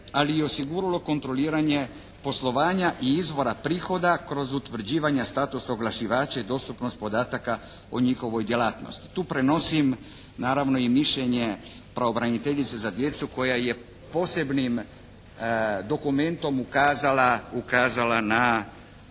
ali i osiguralo kontroliranje poslovanja i izvora prihoda kroz utvrđivanja statusa oglašivača i dostupnost podataka o njihovoj djelatnosti. Tu prenosim naravno i mišljenje pravobraniteljice za djecu koja je posebnim dokumentom ukazala na